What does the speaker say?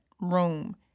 room